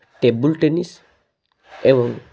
table tennis ଏବଂ